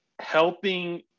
helping